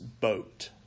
boat